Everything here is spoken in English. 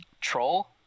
Troll